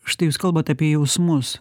štai jūs kalbat apie jausmus